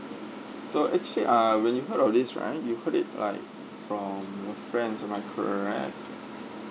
so actually ah when you heard of this right you heard it like from your friends am I correct